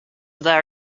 their